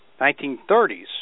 1930s